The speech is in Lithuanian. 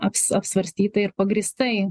aps apsvarstytai ir pagrįstai